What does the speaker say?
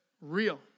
real